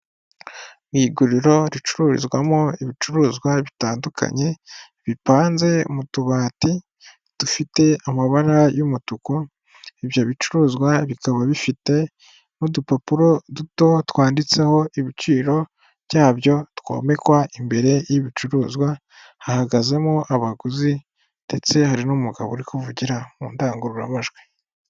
Mu iguriro ricururizwamo ibicuruzwa bitandukanye bipanze mu tubati dufite amabara y'umutuku. Ibyo bicuruzwa bikaba bifite n'udupapuro duto twanditseho ibiciro byabyo twomekwa. Imbere y'ibicuruzwa hahagazemo abaguzi ndetse hari n'umugabo uri kuvugira mu ndangururamajwi.